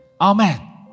Amen